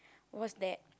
was that